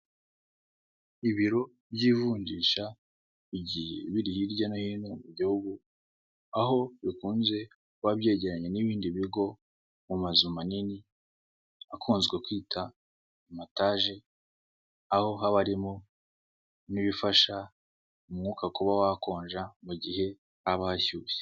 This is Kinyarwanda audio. Ibiro by'ivunjisha bigiye biri hirya no hino mu gihugu, aho bikunze kuba byegeranye n'ibindi bigo mu mazu manini akunzwe kwita amataje, aho haba harimo n'ibifasha umwuka kuba wakonja mu gihe haba hashyushye.